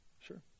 Sure